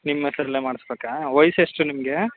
ನಿಮ್ಮ ಹೆಸ್ರಲ್ಲೇ ಮಾಡಿಸ್ಬೇಕಾ ವಯಸ್ಸೆಷ್ಟು ನಿಮಗೆ